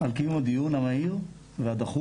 על קיום הדיון המהיר והדחוף,